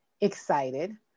excited